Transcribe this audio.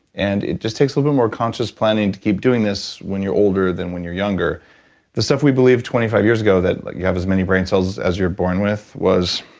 and it just takes a little bit more conscious planning to keep doing this when you're older than when you're younger the stuff we believed twenty five years ago that you have as many brain cells as you're born with was,